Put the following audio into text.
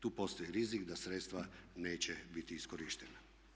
Tu postoji rizik da sredstva neće biti iskorištena.